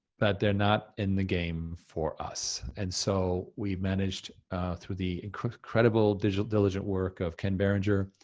but they're not in the game for us. and so we managed through the incredible diligent diligent work of ken berenger,